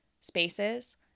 spaces